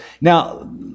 Now